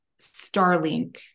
Starlink